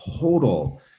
total